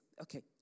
Okay